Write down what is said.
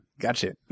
Gotcha